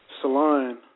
salon –